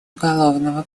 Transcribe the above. уголовного